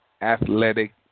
athletic